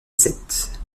sept